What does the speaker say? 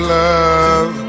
love